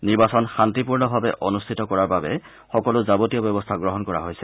নিৰ্বাচন শান্তিপূৰ্ণভাৱে অনুষ্ঠিত কৰাৰ বাবে সকলো যাৱতীয় ব্যৱস্থা গ্ৰহণ কৰা হৈছে